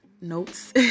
notes